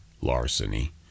larceny